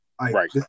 Right